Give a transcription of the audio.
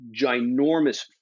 ginormous